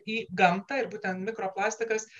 į gamtą ir būtent mikropastikas